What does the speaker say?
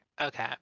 Okay